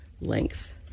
length